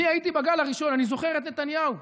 אני הייתי בגל הראשון, אני זוכר את נתניהו,